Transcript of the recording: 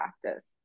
practice